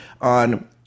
on